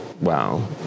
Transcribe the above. wow